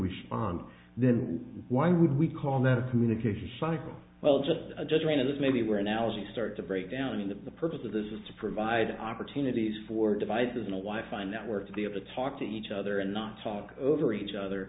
respond then why would we call that a communication cycle well just a judgment of maybe we're analogy start to break down in that the purpose of this is to provide opportunities for devices in a why fine network to be able to talk to each other and not talk over each other